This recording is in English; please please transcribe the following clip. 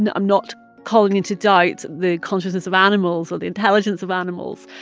and i'm not calling into doubt the consciousness of animals or the intelligence of animals,